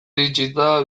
iritsita